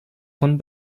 von